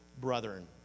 brethren